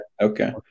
okay